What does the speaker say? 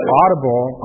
audible